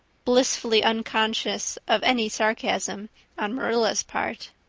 blissfully unconscious of any sarcasm on marilla's part.